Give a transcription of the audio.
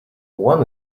one